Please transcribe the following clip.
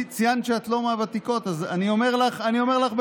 אני אומר את זה